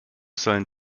sollen